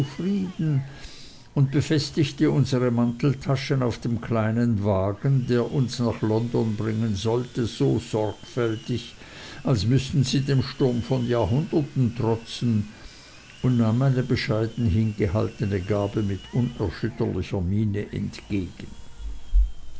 frieden und befestigte unsere manteltaschen auf dem kleinen wagen der uns nach london bringen sollte so sorgfältig als müßten sie dem sturm von jahrhunderten trotzen und nahm meine bescheiden hingehaltene gabe mit unerschütterlicher miene entgegen